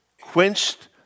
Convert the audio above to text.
quenched